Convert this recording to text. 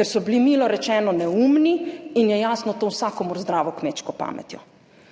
ker so bili milo rečeno neumni in je to jasno vsakomur z zdravo kmečko pametjo.